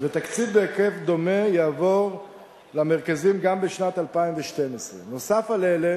ותקציב בהיקף דומה יעבור למרכזים גם בשנת 2012. נוסף על אלה